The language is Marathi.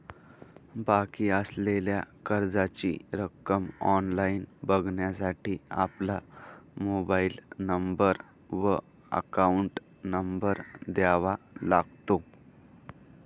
बाकी असलेल्या कर्जाची रक्कम ऑनलाइन बघण्यासाठी आपला मोबाइल नंबर व अकाउंट नंबर द्यावा लागतो